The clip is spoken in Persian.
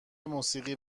موسیقی